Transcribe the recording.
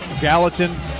Gallatin